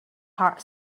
heart